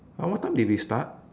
uh what time did we start